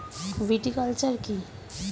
Viticulture কী?